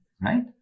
right